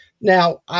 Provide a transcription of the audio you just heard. Now